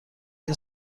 این